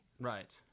Right